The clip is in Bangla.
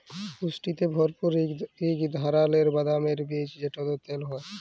পুষ্টিতে ভরপুর ইক ধারালের বাদামের বীজ যেটতে তেল হ্যয়